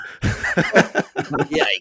Yikes